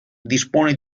dispone